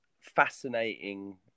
fascinating